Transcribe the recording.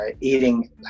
eating